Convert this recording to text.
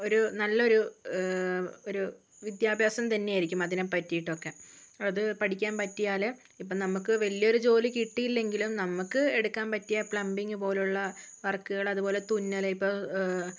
ഒരു നല്ലൊരു ഒരു വിദ്യാഭ്യാസം തന്നെയായിരിക്കും അതിനെപ്പറ്റിയിട്ടൊക്കെ അത് പഠിക്കാൻ പറ്റിയാൽ ഇപ്പം നമുക്ക് വലിയൊരു ജോലി കിട്ടിയില്ലെങ്കിലും നമുക്ക് എടുക്കാൻ പറ്റിയ പ്ലംബിംഗ് പോലുള്ള വർക്കുകൾ അതുപോലെ തുന്നൽ ഇപ്പോൾ